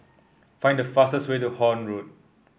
find the fastest way to Horne Road